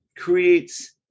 creates